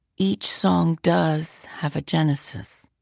each song does have a genesis.